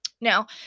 Now